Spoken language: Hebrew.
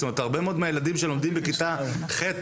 הרבה מאוד מהילדים שלומדים בכיתה ח'